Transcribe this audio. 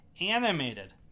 animated